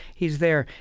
he's there.